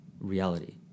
reality